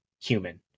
human